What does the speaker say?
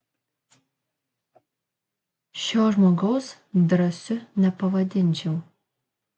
šio žmogaus drąsiu nepavadinčiau